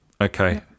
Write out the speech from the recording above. Okay